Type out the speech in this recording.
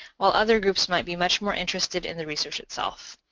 while other groups might be much more interested in the research itself.